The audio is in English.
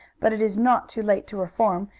but it is not too late to reform.